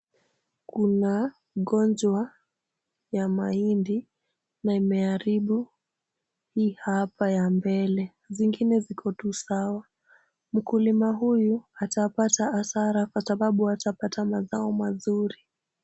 Kuna ugonjwa ya mahindi, na imeharibu hii hapa ya mbele. Zingine ziko tu sawa. Mkulima huyu atapata hasara kwa sababu hatapata mazao mazuri.